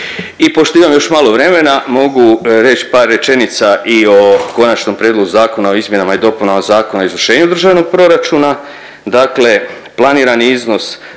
I pošto imam još malo vremena mogu reć par rečenica i o Konačnom prijedlogu Zakona o izmjenama i dopunama Zakona o izvršenju državnog proračuna,